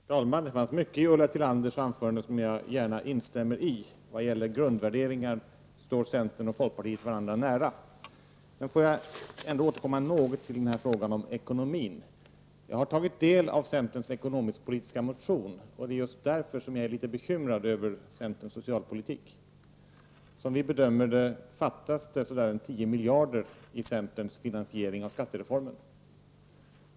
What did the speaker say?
Herr talman! Det finns mycket i Ulla Tillanders anförande som jag gärna instämmer i. Vad gäller grundvärderingar står centern och folkpartiet varandra nära. Men låt mig ändå återkomma något till frågan om ekonomin. Jag har studerat centerns ekonomisk-politiska motion, och det är just därför som jag är så bekymrad över centerns socialpolitik. Som vi bedömer det fattas det ca 10 miljarder i centerns finansiering av skattereformen.